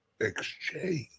exchange